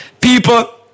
People